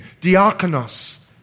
diakonos